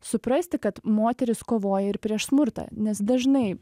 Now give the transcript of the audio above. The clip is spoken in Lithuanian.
suprasti kad moterys kovoja ir prieš smurtą nes dažnai